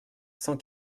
cent